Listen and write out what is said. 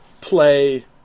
play